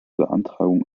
beantragung